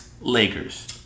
Lakers